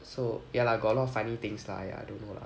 so ya lah got of funny things lah !aiya! don't know lah